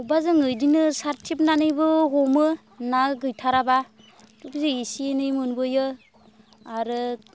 बबेयावबा जोङो सादथिबनानैबो हमो ना गैथाराबा इसे इनै मोनबोयो आरो